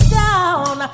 down